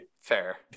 fair